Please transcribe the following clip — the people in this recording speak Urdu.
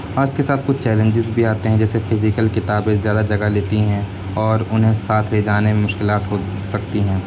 ہاں اس کے ساتھ کچھ چیلنجز بھی آتے ہیں جیسے فزیکل کتابیں کچھ زیادہ جگہ لیتی ہیں اور انہیں ساتھ لے جانے میں مشکلات ہو سکتی ہیں